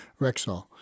Rexall